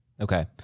Okay